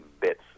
bits